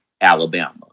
Alabama